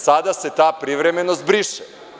Sada se ta privremenost briše.